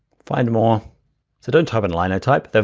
find more, so don't type in linotype,